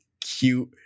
cute